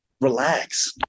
Relax